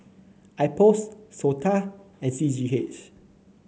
IPOS SOTA and C G H